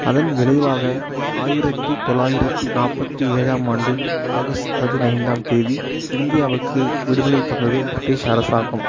அதன் விளைவாக ஆயிரத்தி தொள்ளாயிரத்தி நாற்பத்தி ஏழாம் ஆண்டு ஆகஸ்ட் பதினைந்தாம் தேதி இந்தியாவுக்கு விடுதலை தந்தது பிரிட்டிஷ் அரசாங்கம்